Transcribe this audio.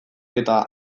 eta